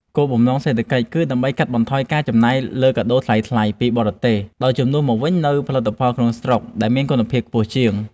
គោលបំណងសេដ្ឋកិច្ចគឺដើម្បីកាត់បន្ថយការចំណាយលើកាដូថ្លៃៗពីបរទេស ដោយជំនួសមកវិញនូវផលិតផលក្នុងស្រុកដែលមានគុណភាពខ្ពស់ជាង។